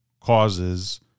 causes